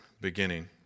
beginning